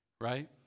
right